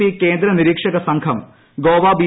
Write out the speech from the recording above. P കേന്ദ്രനിരീക്ഷക സംഘം Goa B